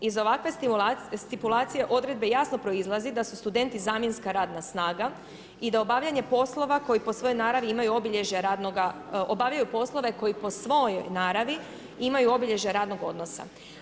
Iz ovakve stipulacije odredbe jasno proizlazi da su studenti zamjenska radna snaga i da obavljanje poslova koji po svojoj naravi imaju obilježja radnoga, obavljaju poslove koji po svojoj naravi imaju obilježja radnog odnosa.